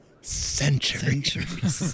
Centuries